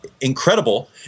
incredible